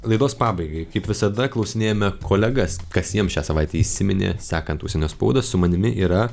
laidos pabaigai kaip visada klausinėjame kolegas kas jiems šią savaitę įsiminė sekant užsienio spaudą su manimi yra